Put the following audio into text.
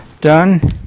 done